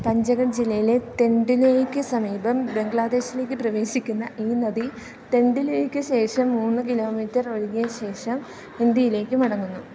പഞ്ചഗഡ് ജില്ലയിലെ തെണ്ടുലിയയ്ക്കു സമീപം ബംഗ്ലാദേശിലേക്കു പ്രവേശിക്കുന്ന ഈ നദി തെണ്ടുലിയയ്ക്കുശേഷം മൂന്ന് കിലോ മീറ്റർ ഒഴുകിയശേഷം ഇന്ത്യയിലേക്കു മടങ്ങുന്നു